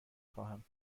خواهم